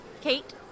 Kate